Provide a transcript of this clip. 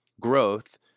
growth